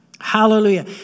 Hallelujah